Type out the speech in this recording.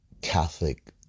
Catholic